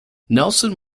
nelson